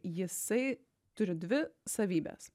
jisai turi dvi savybes